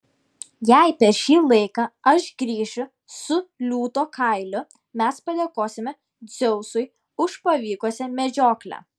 jei per šį laiką aš grįšiu su liūto kailiu mes padėkosime dzeusui už pavykusią medžioklę